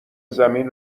زمین